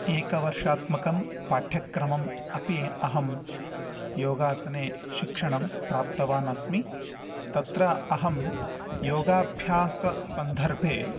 एकवर्षात्मकं पाठ्यक्रमम् अपि अहं योगासने शिक्षणं प्राप्तवान् अस्मि तत्र अहं योगाभ्याससन्दर्भे